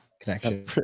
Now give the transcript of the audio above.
connection